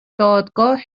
دادگاه